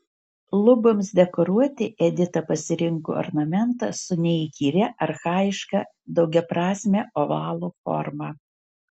luboms dekoruoti edita pasirinko ornamentą su neįkyria archajiška daugiaprasme ovalo forma